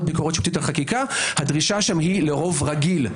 ביקורת שיפוטית על חקיקה הדרישה שם היא לרוב רגיל,